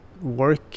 work